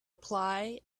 apply